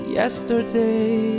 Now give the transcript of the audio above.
yesterday